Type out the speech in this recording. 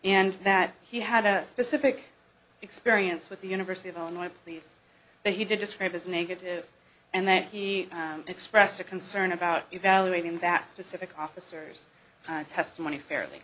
and that he had a specific experience with the university of illinois police but he did describe as negative and that he expressed a concern about evaluating that specific officers on testimony fairly